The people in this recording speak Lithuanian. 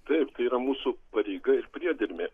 taip tai yra mūsų pareiga ir priedermė